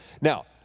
Now